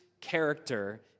character